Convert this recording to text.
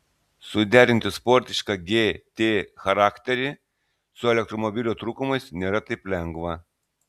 suderinti sportišką gt charakterį su elektromobilio trūkumais nėra taip lengva